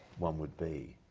one would be.